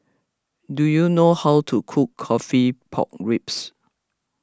do you know how to cook Coffee Pork Ribs